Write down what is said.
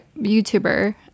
YouTuber